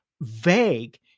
vague